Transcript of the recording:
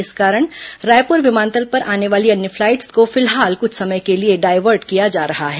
इस कारण रायपुर विमानतल पर आने वाली अन्य फ्लाइट को फिलहाल कुछ समय के लिए डायवर्ट किया जा रहा है